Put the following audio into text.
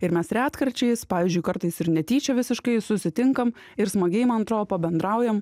ir mes retkarčiais pavyzdžiui kartais ir netyčia visiškai susitinkam ir smagiai man atrodo pabendraujam